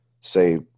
say